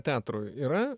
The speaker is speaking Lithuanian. teatrui yra